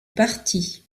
parti